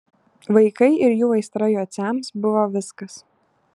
vaikai ir jų aistra jociams buvo viskas